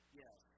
yes